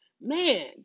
man